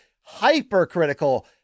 hypercritical